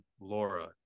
Laura